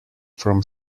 from